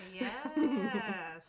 Yes